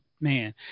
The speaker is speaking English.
man